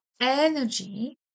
energy